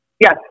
Yes